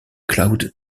cloud